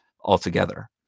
altogether